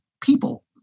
people